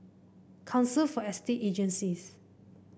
Council for Estate Agencies